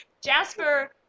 Jasper